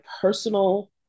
personal